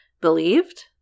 believed